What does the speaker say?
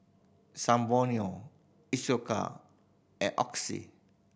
Isocal and Oxy